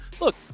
Look